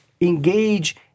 engage